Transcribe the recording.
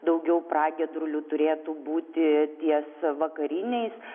daugiau pragiedrulių turėtų būti ties vakariniais